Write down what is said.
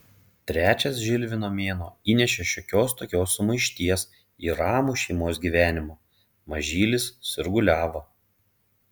trečias žilvino mėnuo įnešė šiokios tokios sumaišties į ramų šeimos gyvenimą mažylis sirguliavo